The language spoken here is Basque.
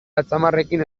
atzamarrekin